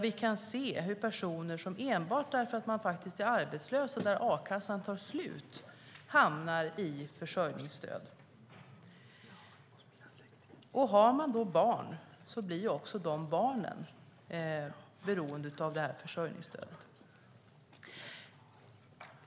Vi kan se hur personer enbart därför att de är arbetslösa och a-kassan tar slut hamnar i behov av försörjningsstöd. Har man barn blir också de beroende av försörjningsstödet.